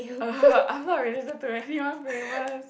uh I'm not related to anyone famous